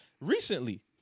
recently